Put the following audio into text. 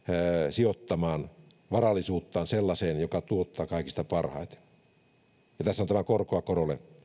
sijoittamaan varallisuuttaan sellaiseen joka tuottaa kaikista parhaiten ja tässä on tämä korkoa korolle